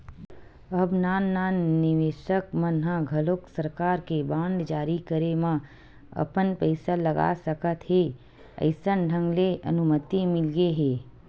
अब नान नान निवेसक मन ह घलोक सरकार के बांड जारी करे म अपन पइसा लगा सकत हे अइसन ढंग ले अनुमति मिलगे हे